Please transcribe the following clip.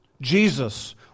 Jesus